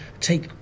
take